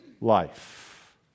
life